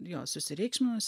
jo susireikšminus